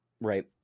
right